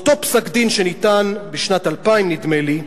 באותו פסק-דין שניתן, בשנת 2000 נדמה לי,